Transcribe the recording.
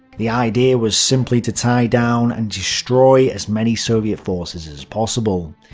the idea was simply to tie down and destroy as many soviet forces as possible.